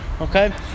okay